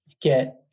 get